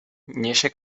niesie